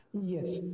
Yes